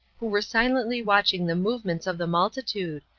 who were silently watching the movements of the multitude,